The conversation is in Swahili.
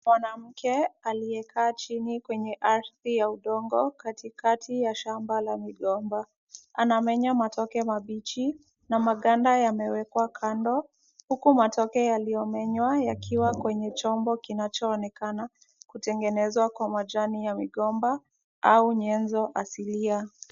Mwanamke aliyekaa chini kwenye ardhi ya udongo katikati ya shamba la migomba. Anamenya matoke mabichi na maganda yamewekwa kando huku matoke yaliyomenywa yakiwa kwenye chombo kinachoonekana kutengenezwa kwa majani ya migomba au nyenzo asilia.